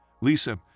Lisa